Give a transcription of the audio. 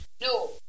No